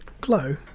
Glow